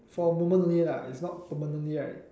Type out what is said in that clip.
for a moment only lah it's not permanently right